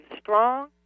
strong